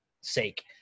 sake